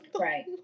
Right